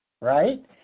right